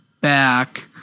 back